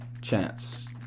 chance